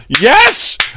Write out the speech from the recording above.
Yes